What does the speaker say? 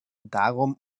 darum